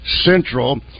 Central